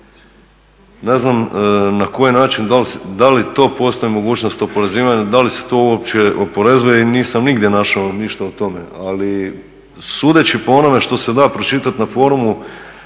Ne znam na koji način, da li to postaji mogućnost oporezivanja, da li se to uopće oporezuje i nisam nigdje našao ništa o tome, ali sudeći po onome što se da pročitati na forumu